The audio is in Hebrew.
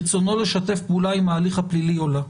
רצונו לשתף פעולה עם ההליך הפלילי עולה.